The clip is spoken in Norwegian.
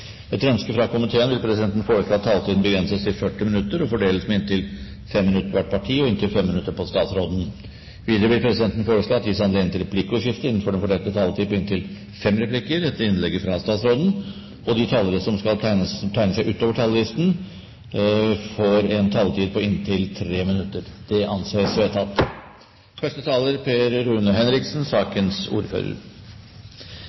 Etter ønske fra energi- og miljøkomiteen vil presidenten foreslå at taletiden begrenses til 40 minutter og fordeles med inntil 5 minutter til hvert parti og inntil 5 minutter til statsråden. Videre vil presidenten foreslå at det gis anledning til replikkordskifte på inntil fem replikker etter innlegget fra statsråden innenfor den fordelte taletid. Videre blir det foreslått at de som måtte tegne seg på talerlisten utover den fordelte taletid, får en taletid på inntil 3 minutter. – Det anses vedtatt.